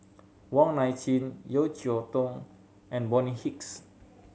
Wong Nai Chin Yeo Cheow Tong and Bonny Hicks